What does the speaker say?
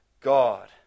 God